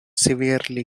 severely